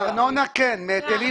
מארנונה כן, מהיטלים לא.